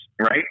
right